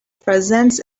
presents